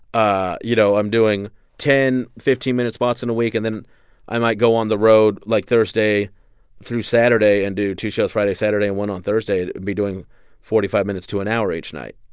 ah you know, i'm doing ten, fifteen minute spots in a week. and then i might go on the road, like, thursday through saturday and do two shows friday, saturday and on thursday be doing forty five minutes to an hour each night.